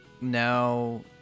now